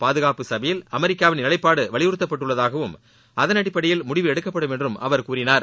பாதுகாப்பு சபையில் அமெரிக்காவின் நிலைப்பாடு வலியுறுத்தப்பட்டுள்ளதாகவும் அதன் அடிப்படையில் முடிவு எடுக்கப்படும் என்றும்அவர் கூறினார்